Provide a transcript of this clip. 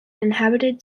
inhabited